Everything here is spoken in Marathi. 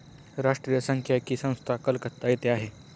राष्ट्रीय सांख्यिकी संस्था कलकत्ता येथे आहे